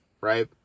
right